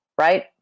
right